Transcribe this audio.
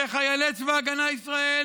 וחיילי צבא הגנה לישראל